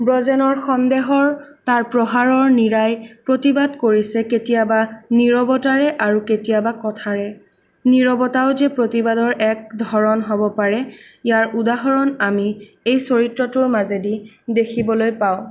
ব্ৰজেনৰ সন্দেহৰ তাৰ প্ৰহাৰৰ নীৰাই প্ৰতিবাদ কৰিছে কেতিয়াবা নীৰৱতাৰে আৰু কেতিয়াবা কথাৰে নীৰৱতাও যে প্ৰতিবাদৰ এক ধৰণ হ'ব পাৰে ইয়াৰ উদাহৰণ আমি এই চৰিত্ৰটোৰ মাজেদি দেখিবলৈ পাওঁ